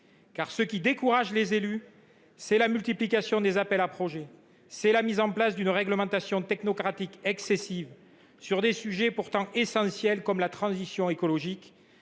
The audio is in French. Ce qui décourage les élus, c’est la multiplication des appels à projets et la mise en place d’une réglementation technocratique excessive pour des sujets pourtant essentiels, comme la transition écologique.